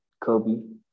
Kobe